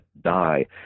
die